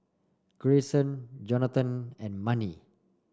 Greyson Jonathon and Manie